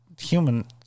human